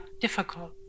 difficult